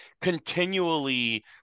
continually